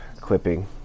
clipping